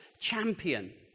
champion